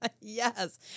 Yes